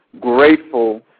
grateful